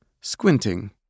squinting